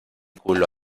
culo